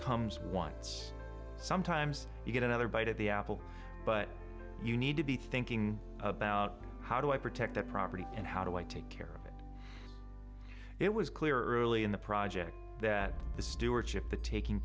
comes once sometimes you get another bite of the apple but you need to be thinking about how do i protect that property and how do i take care of it it was clear early in the project that the stewardship the taking